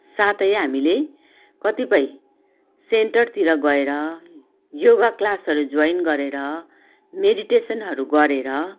साथै हामीले कतिपय सेन्टरतिर गएर योगा क्लासहरू जोइन गरेर मेडिटेसनहरू गरेर